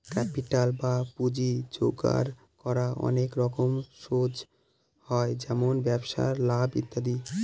capital বা পুঁজি জোগাড় করার অনেক রকম সোর্স হয় যেমন ব্যবসায় লাভ ইত্যাদি